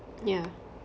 yeah